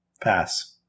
Pass